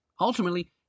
ultimately